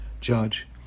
judge